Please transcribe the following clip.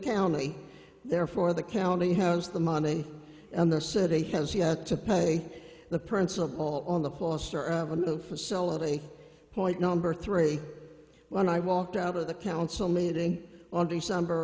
county therefore the county has the money and the city has yet to pay the principal on the fluster of a new facility point number three when i walked out of the council meeting on december